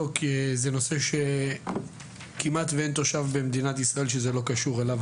כי זה נושא שכמעט ואין תושב במדינת ישראל שזה לא קשור אליו,